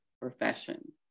profession